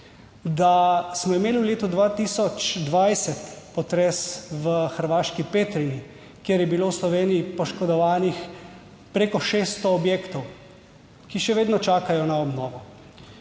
da smo imeli v letu 2020 potres v hrvaški Petrinji, kjer je bilo v Sloveniji poškodovanih preko 600 objektov, ki še vedno čakajo na obnovo,